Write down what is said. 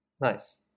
Nice